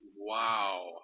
Wow